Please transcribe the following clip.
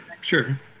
sure